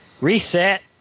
Reset